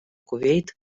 кувейт